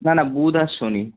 না না বুধ আর শনি